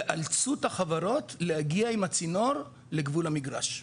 תאלצו את החברות להגיע עם הצינור לגבול המגרש.